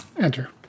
enter